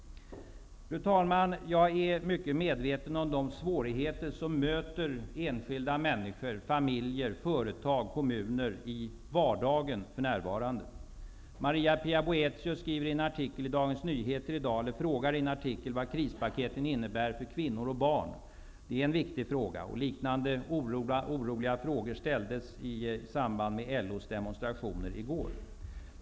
Fru talman! Jag är mycket medveten om de svårigheter som enskilda människor, familjer, företag och kommuner möter i vardagen för närvarande. Nyheter i dag vad krispaketen innebär för kvinnor och barn. Det är en viktig fråga. Liknande frågor som uttrycker oro ställdes i samband med LO:s demonstrationer i går.